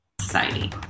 society